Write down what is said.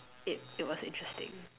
it it was interesting